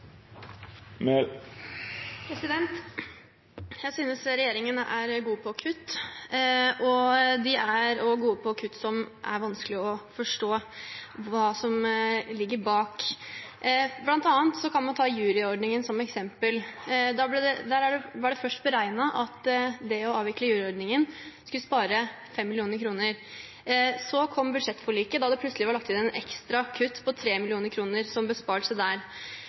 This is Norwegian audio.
nytt. Jeg synes regjeringen er god på kutt, og de er også gode på kutt som det er vanskelig å forstå hva som ligger bak. Man kan ta bl.a. juryordningen som eksempel. Det var først beregnet at det å avvikle juryordningen skulle spare 5 mill. kr. Så kom budsjettforliket, hvor det plutselig var lagt inn et ekstra kutt på 3 mill. kr, som en besparelse der.